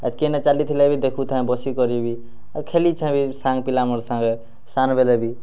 ଆଜ କେ ଏଇନା ଚାଲୁଥିଲେ ବି ଦେଖୁଥାଏ ବସିକରି ବି ଆର ଖେଲିଛେ ବି ସାଙ୍ଗ୍ ପିଲା ମୋର ସାଙ୍ଗେ ସାନ୍ ବେଲେ ବି